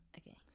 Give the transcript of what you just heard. okay